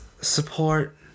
support